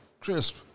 Crisp